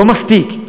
לא מספיק.